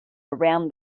around